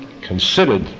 considered